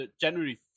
January